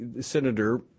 Senator